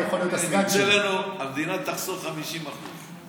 המדינה תחסוך 50% אחוז.